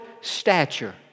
stature